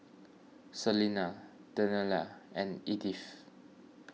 Selena Daniela and Edyth